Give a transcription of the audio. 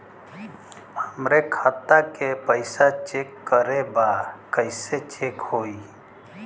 हमरे खाता के पैसा चेक करें बा कैसे चेक होई?